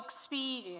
experience